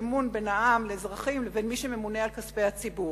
אמון בין העם לבין מי שממונה על כספי הציבור.